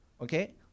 okay